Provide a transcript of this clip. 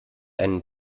einen